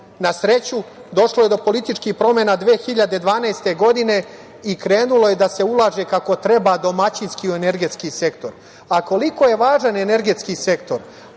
Na sreću, došlo je do političkih promena 2012. godine i krenulo je da se ulaže kako treba, domaćinski, u energetski sektor. Koliko je važan energetski sektor?